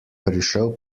prišel